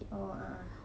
oh ah ah